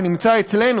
שנמצא אתנו